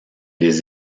les